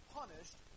punished